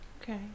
Okay